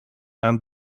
and